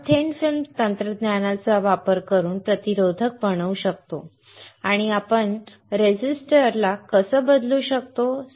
आपण thin film तंत्रज्ञानाचा वापर करून प्रतिरोधक बनवू शकतो आणि आपण प्रतिरोधकता कशी बदलू शकतो